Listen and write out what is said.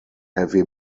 heavy